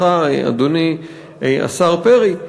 אדוני השר פרי,